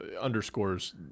underscores